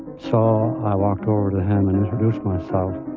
so i walked over to him and introduced myself,